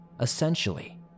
Essentially